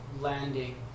landing